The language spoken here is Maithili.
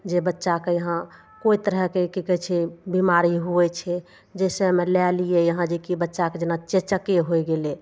जे बच्चाके यहाँ कोइ तरहके की कहय छै बीमारी हुवै छै जैसेमे लए लियऽ यहाँ जेकि बच्चाके जेना चेचके होइ गेलय